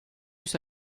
vus